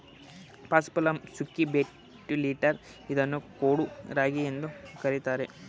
paspalum scrobiculatum ಇದನ್ನು ಕೊಡೋ ರಾಗಿ ಎಂದು ಕರಿತಾರೆ